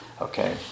Okay